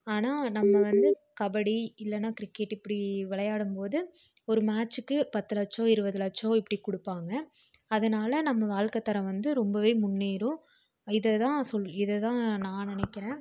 ஆனா நம்ம வந்து கபடி இல்லைன்னா கிரிக்கெட்டு இப்படி விளையாடும்போது ஒரு மேட்ச்சுக்கு பத்து லட்சம் இருபது லட்சம் இப்படி கொடுப்பாங்க அதனால் நம்ம வாழ்க்கத்தரம் வந்து ரொம்ப முன்னேறும் இதை தான் இதை தான் நான் நினைக்கிறேன்